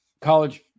college